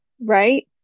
right